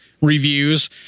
reviews